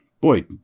boy